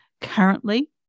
Currently